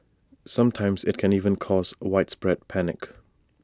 sometimes IT can even cause widespread panic